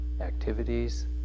activities